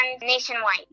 nationwide